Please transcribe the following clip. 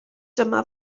dyma